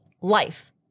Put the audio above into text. life